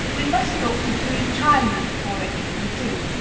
we must look to du chaillu for it, if we do